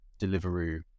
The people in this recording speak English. Deliveroo